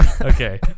okay